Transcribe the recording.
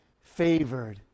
favored